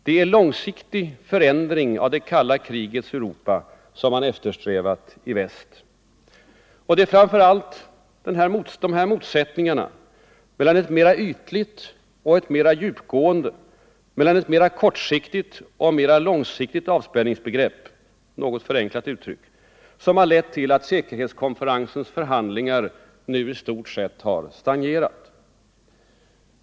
Det är långsiktig förändring av det kalla krigets Europa som man eftersträvat i väst. Det är framför allt de här motsättningarna mellan ett mera ytligt och ett mera djupgående, ett mera kortsiktigt och ett mera långsiktigt avspänningsbegrepp — något förenklat uttryckt — som har lett till att säkerhetskonferensens förhandlingar nu i stort sett har stagnerat.